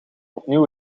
opnieuw